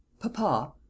papa